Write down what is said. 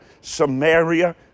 Samaria